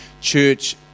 church